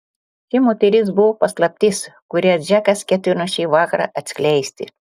ši moteris buvo paslaptis kurią džekas ketino šį vakarą atskleisti